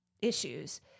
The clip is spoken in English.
issues